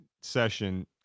session